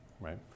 Right